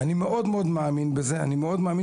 לא סתם אני כזה